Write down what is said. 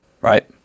right